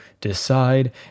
decide